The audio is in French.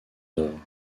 œuvres